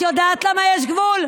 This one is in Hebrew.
את יודעת למה יש גבול?